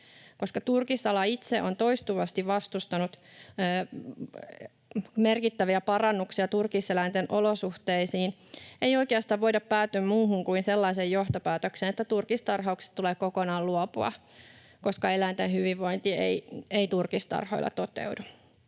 Koska turkisala itse on toistuvasti vastustanut merkittäviä parannuksia turkiseläinten olosuhteisiin, ei oikeastaan voida päätyä muuhun kuin sellaiseen johtopäätökseen, että turkistarhauksesta tulee kokonaan luopua, koska eläinten hyvinvointi ei turkistarhoilla toteudu.